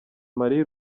marie